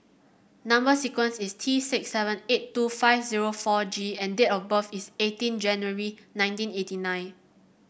number sequence is T six seven eight two five zero four G and date of birth is eighteen January nineteen eighty nine